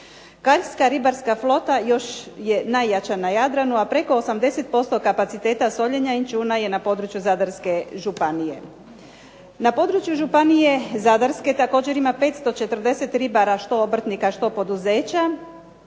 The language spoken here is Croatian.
Kalska ribarska flota je najjača na Jadranu, a preko 80% kapaciteta soljenja inćuna je na području Zadarske županije. Na području županije Zadarske također ima 540 ribara što obrtnika što poduzeća,